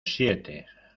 siete